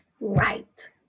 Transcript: right